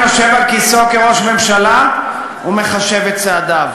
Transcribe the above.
יושב על כיסאו כראש ממשלה ומחשב את צעדיו.